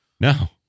No